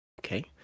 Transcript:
Okay